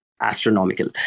astronomical